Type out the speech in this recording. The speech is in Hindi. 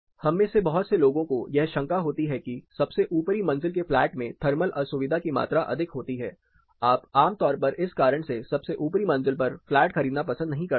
हम में से बहुत से लोगों को यह शंका होती है कि सबसे ऊपरी मंजिल के फ्लैट में थर्मल असुविधा की मात्रा अधिक होती है आप आमतौर पर इस कारण से सबसे ऊपरी मंजिल पर फ्लैट खरीदना पसंद नहीं करते हैं